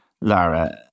Lara